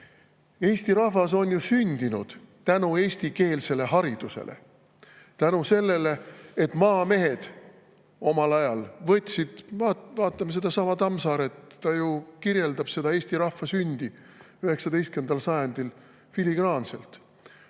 Eesti rahvas on sündinud tänu eestikeelsele haridusele. Tänu sellele, et maamehed omal ajal – vaatame sedasama Tammsaaret, ta ju kirjeldab seda eesti rahva sündi 19. sajandil filigraanselt